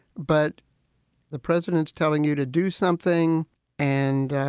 but the president's telling you to do something and,